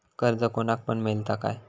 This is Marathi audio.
कर्ज कोणाक पण मेलता काय?